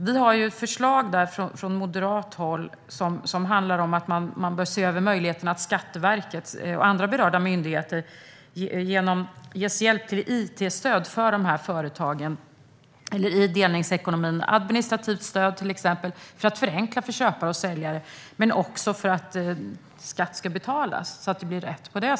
Vi har ett förslag från moderat håll som handlar om att man bör se över möjligheten för Skatteverket och andra berörda myndigheter att ge hjälp till företagen i delningsekonomin, till exempel it-stöd och administrativt stöd, för att förenkla för köpare och säljare men också för att skatt ska betalas så att det blir rätt.